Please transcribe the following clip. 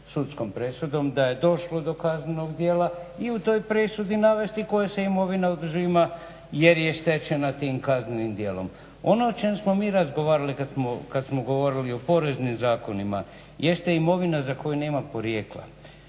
sudskom presudom da je došlo do kaznenog djela i u toj presudi navesti koja se imovina oduzima jer je stečena tim kaznenim djelom. Ono o čemu smo mi razgovarali kada smo govorili o poreznim zakonima jeste imovina za koju nema porijekla.